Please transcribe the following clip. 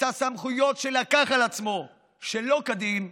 את הסמכויות שלקח על עצמו שלא כדין.